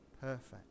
perfect